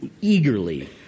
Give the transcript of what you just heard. eagerly